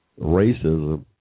Racism